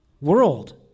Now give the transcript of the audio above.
world